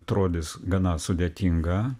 atrodys gana sudėtinga